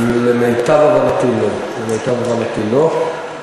למיטב הבנתי, לא.